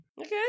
Okay